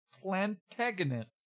plantagenet